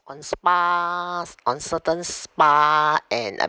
on spas on certain spa and um